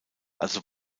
also